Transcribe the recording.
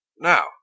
Now